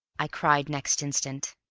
i cried next instant.